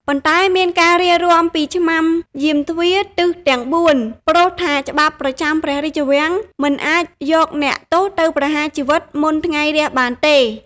ប៉ុន្តែ មានការរារាំងពីឆ្មាំយាមទ្វារទិសទាំងបួន ព្រោះថាច្បាប់ប្រចាំព្រះរាជវាំងមិនអាចយកអ្នកទោសទៅប្រហារជីវិតមុនថ្ងៃរះបានទេ។